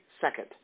second